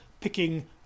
picking